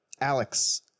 Alex